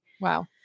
Wow